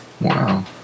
Wow